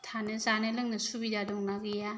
थानो जानो लोंनो सुबिदा दंना गैया